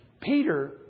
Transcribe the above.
Peter